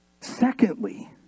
Secondly